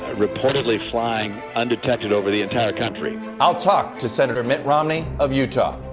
reportedly flying undetected over the entire country. i'll talk to senator mitt romney of utah.